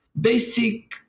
basic